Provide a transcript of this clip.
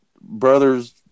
brother's